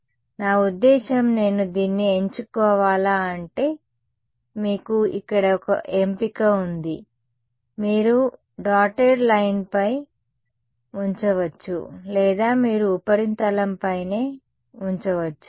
కాబట్టి నా ఉద్దేశ్యం నేను దీన్ని ఎంచుకోవాలా అంటే మీకు ఇక్కడ ఒక ఎంపిక ఉంది మీరు డాటెడ్ లైన్ పై వై అక్షం ఉంచవచ్చు లేదా మీరు ఉపరితలంపైనే ఉంచవచ్చు